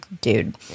dude